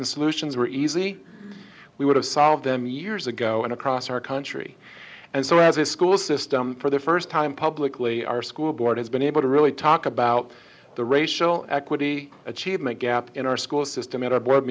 and solutions were easy we would have solved them years ago and across our country and so as a school system for the first time publicly our school board has been able to really talk about the racial equity achievement gap in our school system at our board